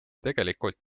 tegelikult